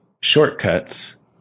shortcuts